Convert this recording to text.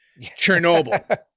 Chernobyl